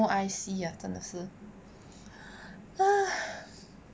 no eye see ah 真的是 !hais!